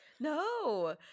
No